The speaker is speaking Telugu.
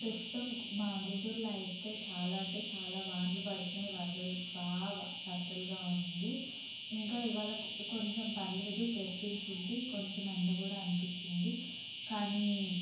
ప్రస్తుతం నా గుంటూర్లో అయితే చాలా అంటే చాలా వానలు పడుతున్నాయ్ వరదలు బాగా వరదలుగా ఉంది ఇంకా ఇవాళ కొ కొంచం పర్లేదు తెరపించింది కొంచం ఎండ కూడా అనిపించింది కానీ